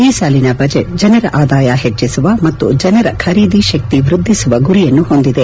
ಈ ಸಾಲಿನ ಬಜೆಟ್ ಜನರ ಆದಾಯ ಹೆಚ್ಚಿಸುವ ಮತ್ತು ಜನರ ಖರೀದಿ ಶಕ್ತಿ ವ್ನದ್ಲಿಸುವ ಗುರಿಯನ್ನು ಹೊಂದಿದೆ